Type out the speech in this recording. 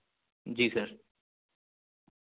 جی سر